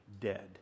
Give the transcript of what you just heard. dead